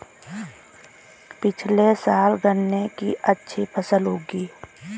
पिछले साल गन्ने की अच्छी फसल उगी